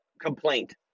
complaint